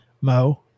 Mo